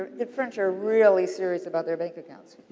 the french are really serious about their bank accounts.